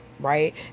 right